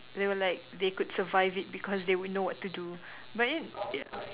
they will like they could survive it because they would know what to do but then ya